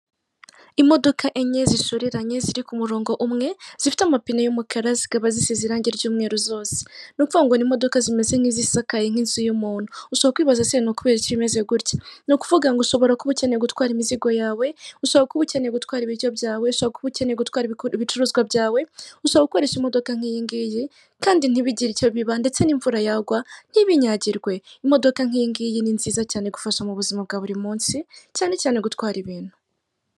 Imodoka enye zishoreranye ziri ku murongo umwe zifite amapine y'umukara zikaba zisize irange ry'umweru zose, ni ukuvuga ngo ni imodoka zimeze nk'izisakaye nk'inzu y'umuntu, ushobora kwibaza se ni ukubera iki bimeze gutya? ni ukuvuga ngo ushobora kuba ukeneye gutwara imizigo yawe, ushobora kuba ukeneye gutwara ibiryo byawe, ushobora kuba ukeneye gutwara ibicuruzwa byawe, ushoba gukoresha imodoka nk'iyi ngiyi, kandi ntibigire icyo biba ndetse n'imvura yagwa ntibinyagirwe, imodoka nk'iyi ngiyi ni nziza cyane igufasha mu buzima bwa buri munsi, cyane cyane gutwara ibintu.